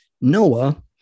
Noah